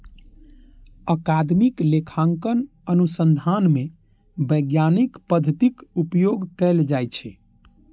अकादमिक लेखांकन अनुसंधान मे वैज्ञानिक पद्धतिक उपयोग कैल जाइ छै